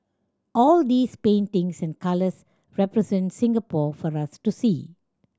all these paintings and colours represent Singapore for us to see